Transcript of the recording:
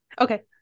Okay